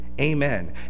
amen